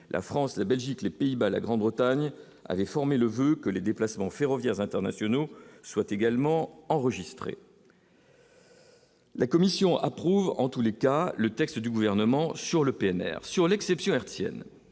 la France, la Belgique, les Pays-Bas, la Grande-Bretagne avait formé le voeu que les déplacements ferroviaires internationaux soient également enregistrés. La commission approuve en tous les cas, le texte du gouvernement sur le PNR sur l'exception : le